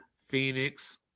Phoenix